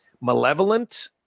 malevolent